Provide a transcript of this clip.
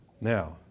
now